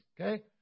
Okay